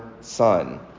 son